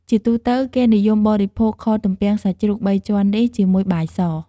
ជាទូទៅ គេនិយមបរិភោគខទំំពាំងសាច់ជ្រូកបីជាន់នេះជាមួយបាយស។